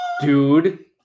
dude